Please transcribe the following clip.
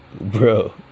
bro